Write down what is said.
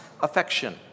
affection